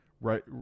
right